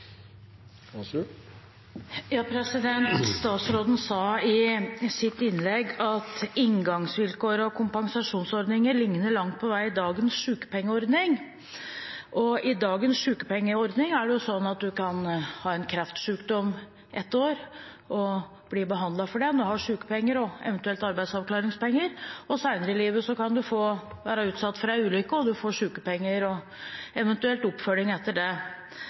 Statsråden sa i sitt innlegg at inngangsvilkår og kompensasjonsordninger langt på vei ligner dagens sykepengeordning. I dagens sykepengeordning er det sånn at en kan ha en kreftsykdom i et år og bli behandlet for den, og en har sykepenger og eventuelt arbeidsavklaringspenger. Senere i livet kan en bli utsatt for en ulykke, og en får sykepenger og eventuelt oppfølging etter det.